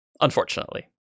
Unfortunately